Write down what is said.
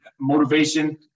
motivation